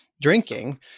drinking